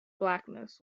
blackness